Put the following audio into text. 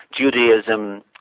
Judaism